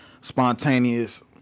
spontaneous